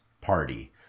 party